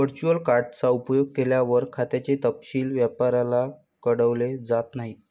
virtual card चा उपयोग केल्यावर, खात्याचे तपशील व्यापाऱ्याला कळवले जात नाहीत